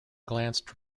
glanced